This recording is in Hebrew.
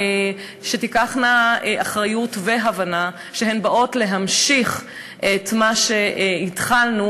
שתיקחנה אחריות והבנה שהן באות להמשיך את מה שהתחלנו,